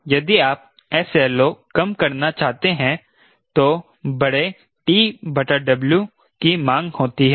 इसलिए यदि आप 𝑠LO कम करना चाहते हैं तो बड़े TW की मांग होती है